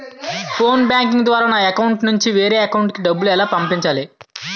Phone banking ద్వారా నా account నుంచి వేరే అకౌంట్ లోకి డబ్బులు ఎలా పంపించాలి?